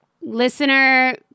listener